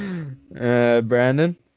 Brandon